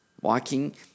walking